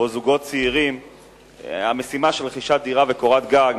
לזוגות צעירים המשימה של רכישת דירת וקורת גג,